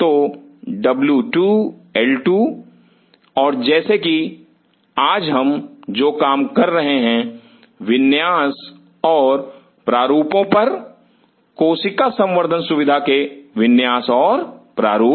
तो W 2 L 2 W 2 L 2 और जैसे कि आज हम जो काम कर रहे हैं विन्यास और प्रारूपों पर कोशिका संवर्धन सुविधा के विन्यास और प्रारूप